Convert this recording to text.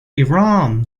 iran